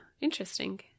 interesting